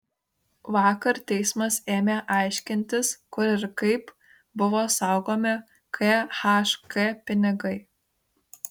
vakar teismas ėmė aiškintis kur ir kaip buvo saugomi khk pinigai